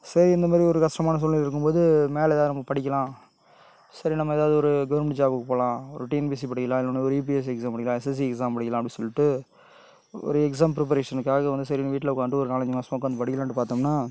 சரி இந்த மாதிரி ஒரு கஸ்டமான சூழ்நிலையில இருக்கும்போது மேலே எதாவது நம்ம படிக்கலாம் சரி நம்ம எதாவது ஒரு கவுர்மெண்ட்டு ஜாபுக்கு போகலாம் ஒரு டிஎன்பிசி படிக்கலாம் இல்லைனா ஒரு யுபிஎஸ்சி எக்ஸாம் படிக்கலாம் எஸ்எஸ்சி எக்ஸாம் படிக்கலாம் அப்படி சொல்லிட்டு ஒரு எக்ஸாம் ப்ரிபரேஷனுக்காக வந்து சரினு வீட்டில உக்கான்ட்டு ஒரு நாலஞ்சு மாசமாக உக்காந்து படிக்கலாம்ட்டு பார்த்தோம்னா